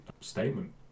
statement